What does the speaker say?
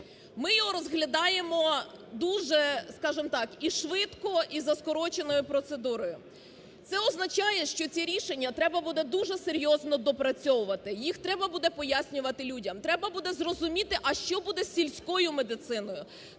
Ми його розглядаємо дуже, скажемо так, і швидко, і за скороченою процедурою. Це означає, що ці рішення треба буде дуже серйозно доопрацьовувати, їх треба буде пояснювати людям. Треба буде зрозуміти, а що буде з сільською медициною,